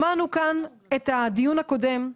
שמענו כאן את הדיון הקודם.